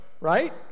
right